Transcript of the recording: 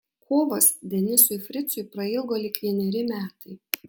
kovas denisui fricui prailgo lyg vieneri metai